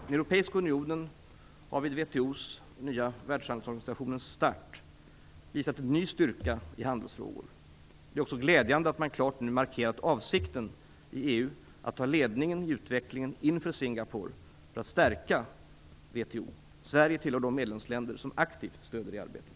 Den europeiska unionen har vid WTO:s, den nya världshandelsorganisationens, start visat en ny styrka i handelsfrågor. Det är också glädjande att man nu klart markerat avsikten i EU att ta ledningen i utvecklingen inför mötet i Singapore för att stärka WTO. Sverige tillhör de medlemsländer som aktivt stöder det arbetet.